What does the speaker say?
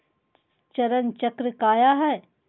चरण चक्र काया है?